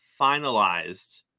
finalized